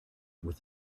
with